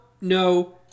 no